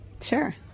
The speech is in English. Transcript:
Sure